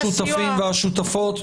תודה לכל השותפים ולשותפות,